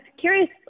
curious